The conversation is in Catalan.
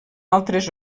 altres